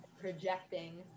projecting